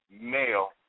male